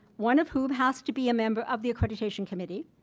one of whom has to be a member of the accreditation committee,